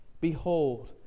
Behold